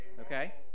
Okay